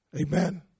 Amen